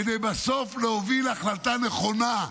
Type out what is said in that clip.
כדי בסוף להוביל החלטה נכונה,